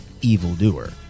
evildoer